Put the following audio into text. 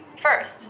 First